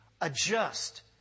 adjust